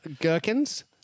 Gherkins